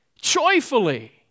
joyfully